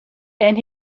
and